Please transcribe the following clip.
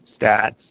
stats